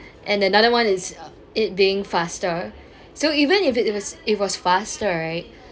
and another one is it being faster so even if it was it was faster right